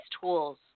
tools